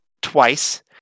twice